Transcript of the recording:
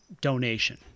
donation